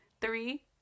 Three